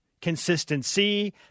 consistency